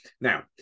now